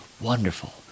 Wonderful